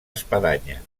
espadanya